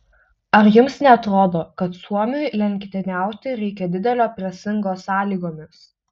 ar jums neatrodo kad suomiui lenktyniauti reikia didelio presingo sąlygomis